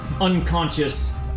unconscious